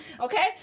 Okay